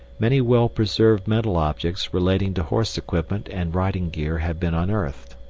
many well-preserved metal objects relating to horse equipment and riding gear have been unearthed.